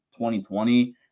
2020